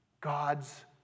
God's